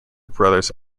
brothers